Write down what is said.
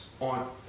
on